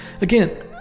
again